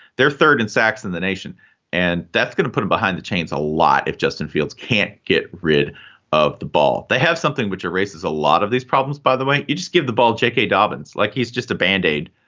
they're third in sacks in the nation and that's going put it behind the chains a lot. if justin fields can't get rid of the ball, they have something which ah raises a lot of these problems. by the way, you just give the ball, jake dobbins like he's just a band-aid,